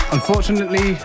Unfortunately